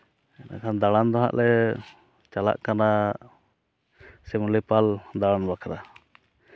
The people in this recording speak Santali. ᱫᱟᱬᱟᱱ ᱫᱚ ᱦᱟᱸᱜ ᱞᱮ ᱪᱟᱞᱟᱜ ᱠᱟᱱᱟ ᱥᱤᱢᱞᱤᱯᱟᱞ ᱫᱟᱬᱟᱱ ᱵᱟᱠᱷᱨᱟ